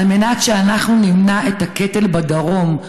על מנת שאנחנו נמנע את הקטל בדרום.